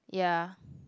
ya